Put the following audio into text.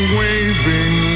waving